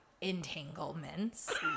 entanglements